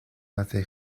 hace